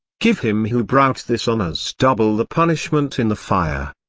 give him who brought this on us double the punishment in the fire!